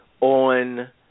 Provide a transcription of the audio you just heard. On